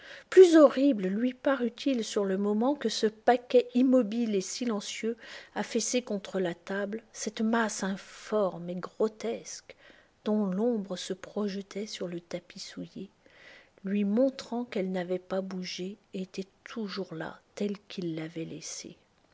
plus horrible lui parut-il sur le moment que ce paquet immobile et silencieux affaissé contre la table cette masse informe et grotesque dont l'ombre se projetait sur le tapis souillé lui montrant qu'elle n'avait pas bougé et était toujours là telle qu'il tavait laissée